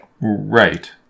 Right